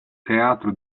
teatro